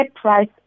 price